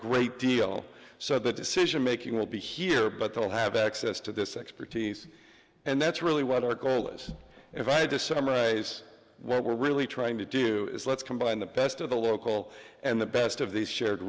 great deal so the decision making will be here but they all have access to this expertise and that's really what our goal is and if i could just summarize what we're really trying to do is let's combine the best of the local and the best of these shared